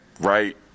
right